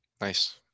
Nice